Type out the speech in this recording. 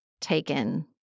taken